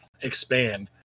expand